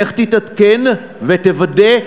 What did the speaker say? לך תתעדכן ותוודא.